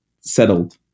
settled